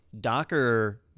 Docker